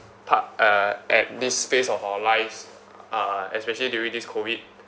pa~ uh at this phase of our lives uh especially during this COVID